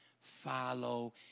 Follow